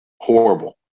horrible